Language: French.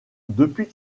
depuis